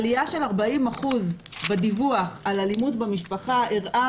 עלייה של 40 אחוזים בדיווח על אלימות במשפחה הראתה